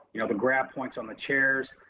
you know, the grab points on the chairs.